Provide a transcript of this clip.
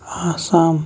Assam